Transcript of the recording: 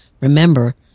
Remember